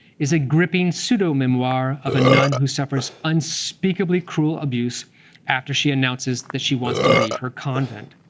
is a gripping pseudo-memoir of a nun who suffers unspeakably cruel abuse after she announces that she wants to leave her convent.